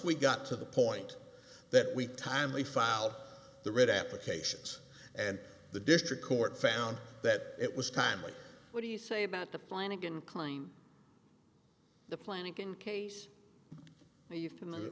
we got to the point that we timely filed the writ applications and the district court found that it was timely what do you say about the plan again claim the planet in case are you familiar